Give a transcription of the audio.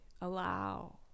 allow